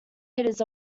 hitters